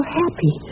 happy